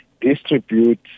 distribute